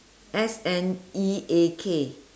S N E A K